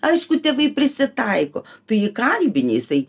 aišku tėvai prisitaiko tu jį kalbini jisai